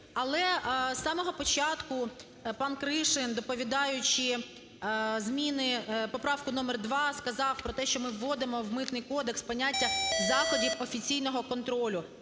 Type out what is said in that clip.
Але з самого початку пан Кришин, доповідаючи зміни, поправку номер 2, сказав про те, що ми вводимо в Митний кодекс поняття "заходів офіційного контролю",